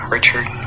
Richard